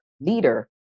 leader